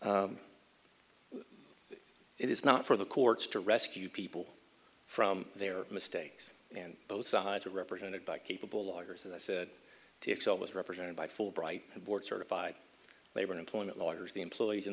is not for the courts to rescue people from their mistakes and both sides are represented by capable lawyers as i said excel was represented by fulbright board certified labor employment lawyers the employees in